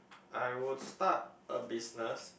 I would start a business